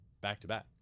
back-to-back